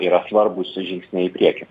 yra svarbūs žingsniai į priekį